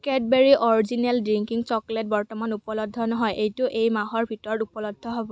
Cadbury original drinking chocolate বৰ্তমান উপলব্ধ নহয় এইটো এই মাহৰ ভিতৰত উপলব্ধ হ'ব